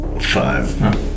Five